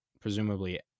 presumably